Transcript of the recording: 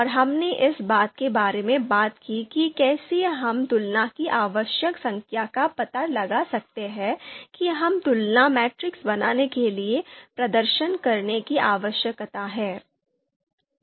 और हमने इस बात के बारे में बात की कि कैसे हम तुलना की आवश्यक संख्या का पता लगा सकते हैं कि हमें तुलना मैट्रिक्स बनाने के लिए प्रदर्शन करने की आवश्यकता है